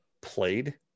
played